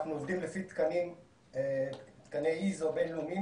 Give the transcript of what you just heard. אנחנו עובדים לפי תקני ISO בינלאומיים